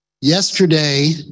yesterday